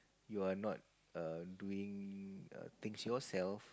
you are not err doing err things yourself